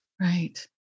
Right